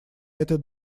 этой